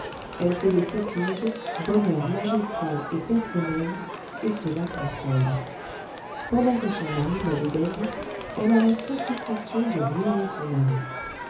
elle fait des sottises bonheur magistral et personnel et cela console pendant que son mari la dédaigne elle a la satisfaction de ruiner son mari